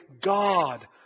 God